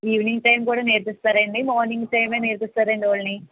evening time కూడా నేర్పిస్తారా అండి మార్నింగ్ టైం నే నేర్పిస్తారా ఓన్లీ